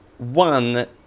One